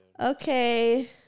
Okay